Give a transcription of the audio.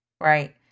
right